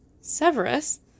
Severus